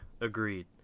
Agreed